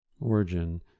Origin